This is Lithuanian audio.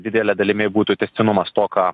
didele dalimi būtų tęstinumas to ką